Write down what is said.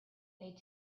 they